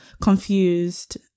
confused